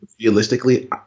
realistically